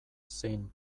zein